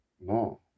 No